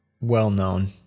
well-known